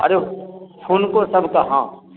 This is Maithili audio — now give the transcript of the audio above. अरे हुनको सभके हॅं